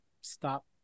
stop